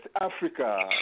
Africa